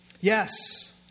Yes